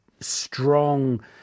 strong